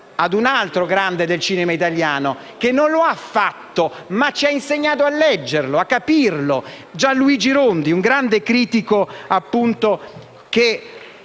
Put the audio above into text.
a un altro grande del cinema italiano, che non lo ha fatto ma ci ha insegnato a leggerlo e capirlo: Gian Luigi Rondi, un grande critico che